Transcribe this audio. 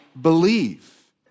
believe